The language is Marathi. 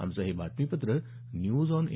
आमचं हे बातमीपत्र न्यूज ऑन ए